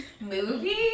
movie